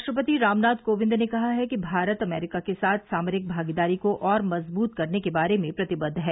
राष्ट्रपति रामनाथ कोविंद ने कहा है कि भारत अमरीका के साथ सामरिक भागीदारी को और मजबूत करने के बारे में प्रतिबद्ध है